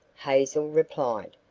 hazel replied.